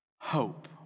hope